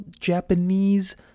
Japanese